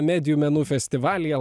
medijų menų festivalyje